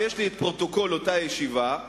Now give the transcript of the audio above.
ויש לי את פרוטוקול אותה ישיבה,